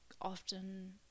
often